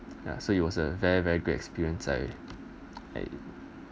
ya so it was a very very great experience I I